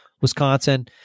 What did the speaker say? Wisconsin